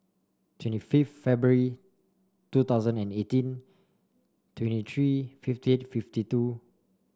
twenty fifth February two thousand and eighteen twenty three fifty eight fifty two